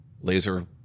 laser